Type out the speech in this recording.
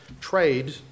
trade